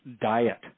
diet